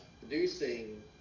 producing